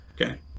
Okay